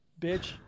Bitch